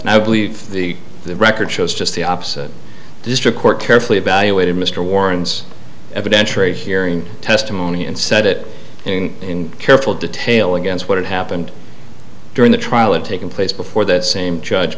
and i believe the record shows just the opposite district court carefully evaluated mr warren's evidentiary hearing testimony and said it in careful detail against what had happened during the trial and taking place before that same judge